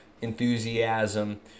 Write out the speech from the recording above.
enthusiasm